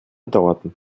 dauerten